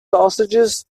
sausages